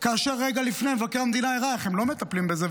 כאשר רגע לפני מבקר המדינה הראה איך הם לא מטפלים בזה,